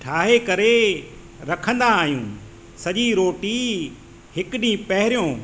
ठाहे करे रखंदा आहियूं सॼी रोटी हिकु ॾींहुं पहिरियों